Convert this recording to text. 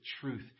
truth